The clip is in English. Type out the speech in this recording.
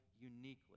uniquely